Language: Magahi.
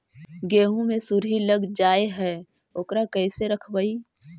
गेहू मे सुरही लग जाय है ओकरा कैसे रखबइ?